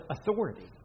authority